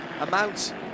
amount